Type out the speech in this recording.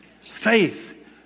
Faith